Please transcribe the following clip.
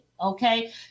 Okay